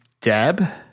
Deb